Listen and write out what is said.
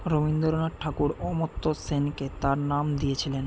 রবীন্দ্রনাথ ঠাকুর অমর্ত্য সেনকে তাঁর নাম দিয়েছিলেন